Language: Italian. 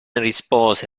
rispose